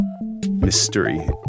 mystery